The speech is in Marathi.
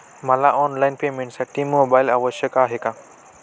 मला ऑनलाईन पेमेंटसाठी मोबाईल आवश्यक आहे का?